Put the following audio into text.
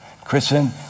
Kristen